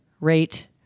rate